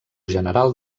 general